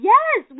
Yes